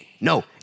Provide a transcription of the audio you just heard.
No